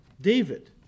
David